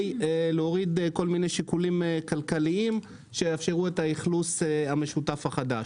להוריד כל מיני שיקולים כלכליים שיאפשרו את האכלוס המשותף החדש.